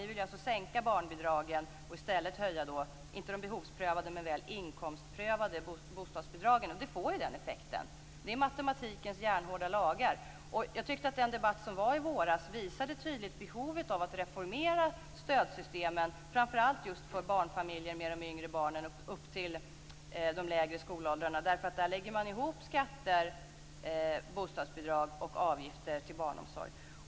Ni vill alltså sänka barnbidragen och i stället höja inte de behovsprövade men väl de inkomstprövade bostadsbidragen. Det får den effekten. Det är matematikens järnhårda lagar. Jag tycker att den debatt som fördes i våras tydligt visade behovet av att reformera stödsystemen, framför allt just för barnfamiljer med barn upp till de lägre skolåldrarna därför att man i fråga om dessa familjer lägger ihop skatter, bostadsbidrag och avgifter till barnomsorg.